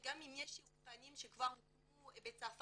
גם אם יש אולפנים שכבר הוקמו בצרפת,